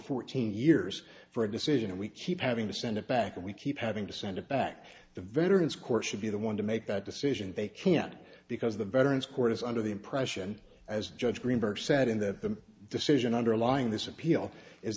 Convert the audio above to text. fourteen years for a decision and we keep having to send it back and we keep having to send it back to the veterans court should be the one to make that decision they can't because the veterans court is under the impression as judge greenberg said in that the decision underlying this appeal is